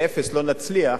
לאפס לא נצליח.